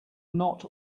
not